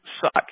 suck